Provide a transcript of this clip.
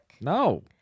No